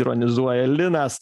ironizuoja linas